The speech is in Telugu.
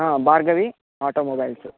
భార్గవి ఆటోమొబైల్స్